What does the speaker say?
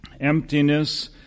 emptiness